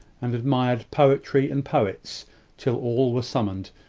and admired poetry and poets till all were summoned,